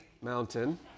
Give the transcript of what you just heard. mountain